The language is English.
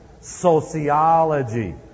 sociology